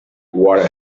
what